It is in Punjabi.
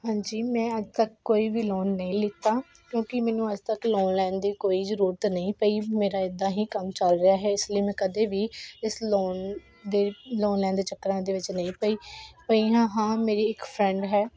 ਹਾਂਜੀ ਮੈਂ ਅੱਜ ਤੱਕ ਕੋਈ ਵੀ ਲੋਨ ਨਹੀਂ ਲਿੱਤਾ ਕਿਉਂਕਿ ਮੈਨੂੰ ਅੱਜ ਤੱਕ ਲੋਨ ਲੈਣ ਦੀ ਕੋਈ ਜ਼ਰੂਰਤ ਨਹੀਂ ਪਈ ਮੇਰਾ ਇੱਦਾਂ ਹੀ ਕੰਮ ਚੱਲ ਰਿਹਾ ਹੈ ਇਸ ਲਈ ਮੈਂ ਕਦੇ ਵੀ ਇਸ ਲੋਨ ਦੇ ਲੋਨ ਲੈਣ ਦੇ ਚੱਕਰਾਂ ਦੇ ਵਿੱਚ ਨਹੀਂ ਪਈ ਪਈ ਹਾਂ ਹਾਂ ਮੇਰੀ ਇੱਕ ਫਰੈਂਡ ਹੈ